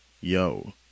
yo